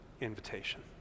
invitation